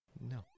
No